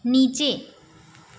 नीचे